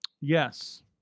Yes